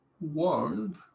world